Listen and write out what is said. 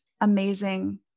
amazing